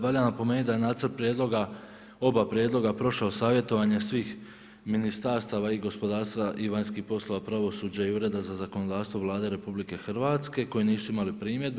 Valja napomenuti da nacrt prijedloga, oba prijedloga prošao savjetovanje svih ministarstava i gospodarstva i vanjskih poslova, pravosuđa i Ureda za zakonodavstvo Vlade RH koji nisu imali primjedbe.